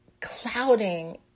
clouding